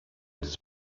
his